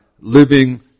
Living